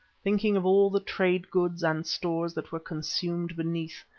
thinking of all the trade goods and stores that were consumed beneath,